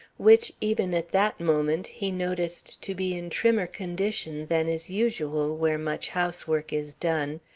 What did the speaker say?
which, even at that moment, he noticed to be in trimmer condition than is usual where much housework is done,